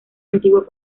antiguo